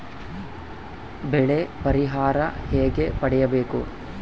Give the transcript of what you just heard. ಬೆಳೆ ಪರಿಹಾರ ಹೇಗೆ ಪಡಿಬೇಕು?